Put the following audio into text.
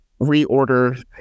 reorder